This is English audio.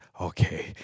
okay